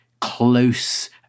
close